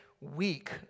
weak